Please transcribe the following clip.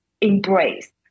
embrace